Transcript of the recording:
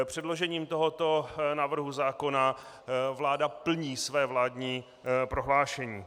Předložením tohoto návrhu zákona vláda plní své vládní prohlášení.